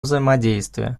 взаимодействию